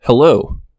Hello